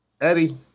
Eddie